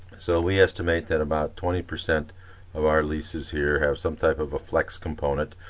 so we estimate that about twenty percent of our leases here have some type of a flex component,